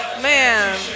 Man